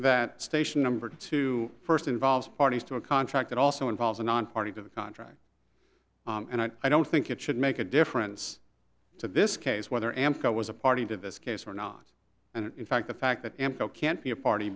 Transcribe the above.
that station number two first involves parties to a contract that also involves a nonparty to the contract and i don't think it should make a difference to this case whether ampho was a party to this case or not and in fact the fact that info can't be a party